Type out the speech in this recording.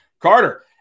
carter